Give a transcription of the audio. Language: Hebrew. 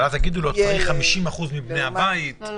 אז יגידו לו שצריך 50% מבני הבית --- לא,